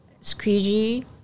squeegee